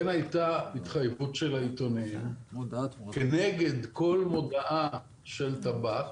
כן הייתה התחייבות של העיתונים כנגד כל מודעה של טבק,